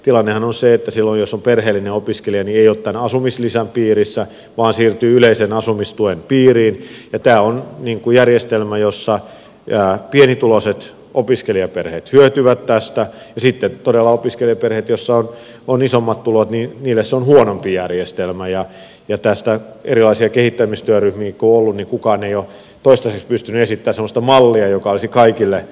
tilannehan on se että jos on perheellinen opiskelija ei ole tämän asumislisän piirissä vaan siirtyy yleisen asumistuen piiriin ja tämä on järjestelmä josta pienituloiset opiskelijaperheet hyötyvät ja sitten todella opiskelijaperheille joissa on isommat tulot se on huonompi järjestelmä ja tästä erilaisia kehittämistyöryhmiä kun on ollut niin kukaan ei ole toistaiseksi pystynyt esittämään semmoista mallia joka olisi kaikille opiskelijaperheille hyvä